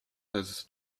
has